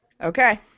Okay